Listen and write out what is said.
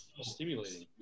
stimulating